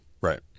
Right